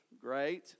Great